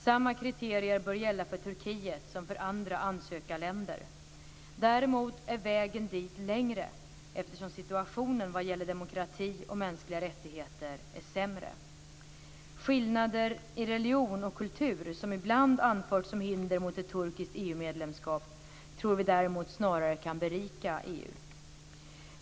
Samma kriterier bör gälla för Turkiet som för andra ansökarländer. Däremot är vägen dit längre, eftersom situationen vad gäller demokrati och mänskliga rättigheter är sämre. Skillnader i religion och kultur, som ibland anförts som hinder mot ett turkiskt EU-medlemskap, tror vi däremot snarare kan berika EU.